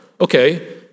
Okay